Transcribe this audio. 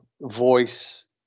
Voice